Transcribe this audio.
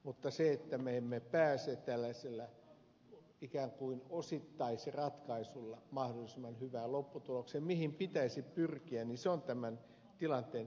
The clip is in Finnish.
mutta se että me emme pääse tällaisella ikään kuin osittaisratkaisulla mahdollisimman hyvään lopputulokseen mihin pitäisi pyrkiä on tämän tilanteen heikkous